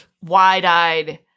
wide-eyed